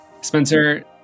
spencer